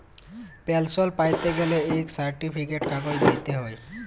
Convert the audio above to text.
পেলসল প্যাইতে গ্যালে ইক সার্টিফিকেট কাগজ দিইতে হ্যয়